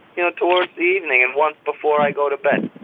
you know towards the evening and once before i go to bed.